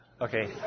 Okay